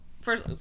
first